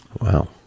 Wow